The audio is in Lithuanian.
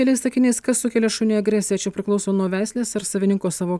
keliais sakiniais kas sukelia šuniui agresiją čia priklauso nuo veislės ar savininko savo